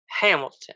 Hamilton